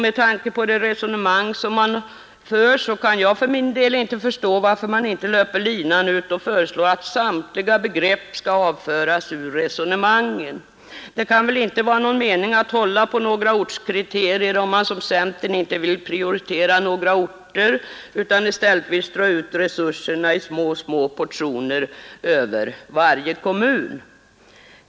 Med tanke på det resonemang man för kan jag för min del inte förstå varför man inte löper linan ut och föreslår att samtliga begrepp skall avföras ur resonemangen, Det kan väl inte vara någon mening att hålla på några ortskriterier om man som centern inte vill prioritera några orter utan i stället strö ut resurserna i små portioner över varje kommun.